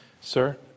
Sir